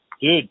dude